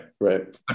Right